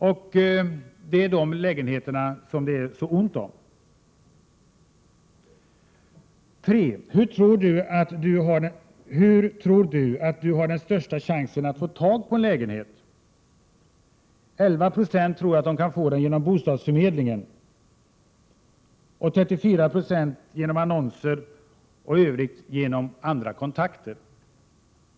Det är just de lägenheterna som det är så ont om. Den tredje frågan var följande: ”Hur tror du att du har den största chansen att få tag på en lägenhet?” 11 96 tror att de kan få den genom bostadsförmedlingen, 34 960 anser att det är genom annonser — och i övrigt genom andra kontakter.